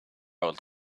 old